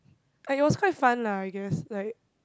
I also have fun lah I guess like